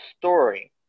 story